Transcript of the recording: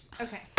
Okay